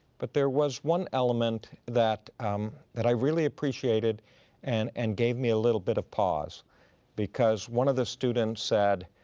but there was one element that um that i really appreciated and and gave me a little bit of pause because one of the students said,